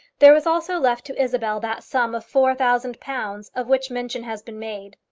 there was also left to isabel that sum of four thousand pounds of which mention has been made.